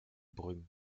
brume